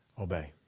obey